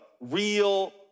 real